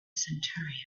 centurion